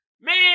Man